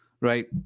right